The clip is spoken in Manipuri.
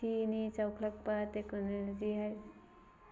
ꯁꯤꯅꯤ ꯆꯥꯎꯈꯠꯂꯛꯄ ꯇꯦꯛꯅꯣꯂꯣꯖꯤ ꯍꯥꯏ